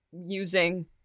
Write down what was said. using